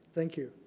thank you.